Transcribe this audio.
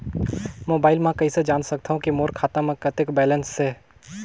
Mobile म कइसे जान सकथव कि मोर खाता म कतेक बैलेंस से?